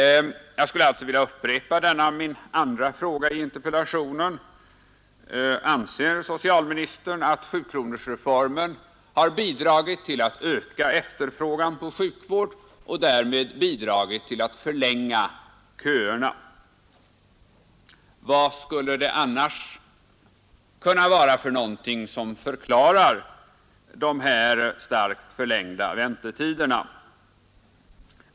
Jag skulle alltså vilja upprepa denna min andra fråga i interpellationen: Anser socialministern att sjukronorsreformen har bidragit till att öka efterfrågan på sjukvård och därmed bidragit till att förlänga köerna? Vad skulle det annars kunna vara som förklarar de starkt förlängda väntetiderna?